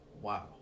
Wow